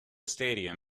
stadium